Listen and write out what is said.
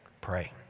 pray